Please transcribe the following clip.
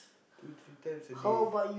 two three times a day